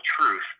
truth